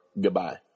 goodbye